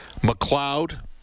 McLeod